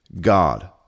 God